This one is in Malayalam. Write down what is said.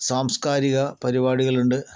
സാംസ്കാരിക പരിപാടികൾ ഉണ്ട്